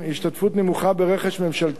3. השתתפות נמוכה ברכש ממשלתי,